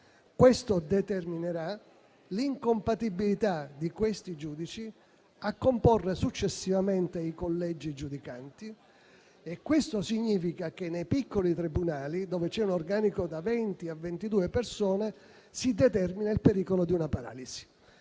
Questo determinerà l'incompatibilità di tali giudici a comporre successivamente i collegi giudicanti. Questo significa che nei piccoli tribunali, dove c'è un organico da venti a ventidue persone, si determina il pericolo di una paralisi.